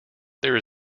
there